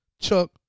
Chuck